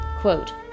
Quote